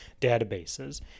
databases